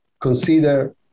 consider